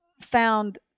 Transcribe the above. found